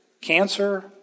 cancer